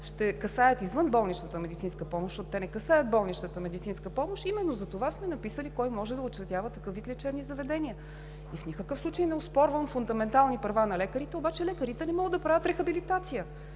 ще касаят извънболничната медицинска помощ, защото те не касаят болничната медицинска помощ, именно затова сме написали кой може да учредява такъв вид лечебни заведения. В никакъв случай не оспорвам фундаментални права на лекарите, обаче лекарите не могат да правят рехабилитация,